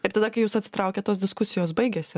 ir tada kai jūs atsitraukėt tos diskusijos baigėsi